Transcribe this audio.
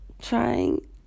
trying